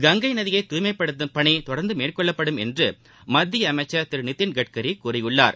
கங்கை நதியை தூய்மைப்படுத்தும் பணி தொடர்ந்து மேற்கொள்ளப்படும் என்று மத்திய அமைச்சர் திரு நிதின்கட்கரி கூறியுள்ளார்